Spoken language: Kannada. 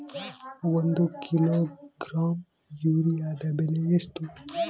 ಒಂದು ಕಿಲೋಗ್ರಾಂ ಯೂರಿಯಾದ ಬೆಲೆ ಎಷ್ಟು?